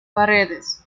paredes